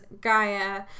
Gaia